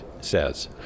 says